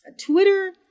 Twitter